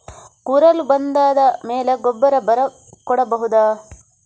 ಕುರಲ್ ಬಂದಾದ ಮೇಲೆ ಗೊಬ್ಬರ ಬರ ಕೊಡಬಹುದ?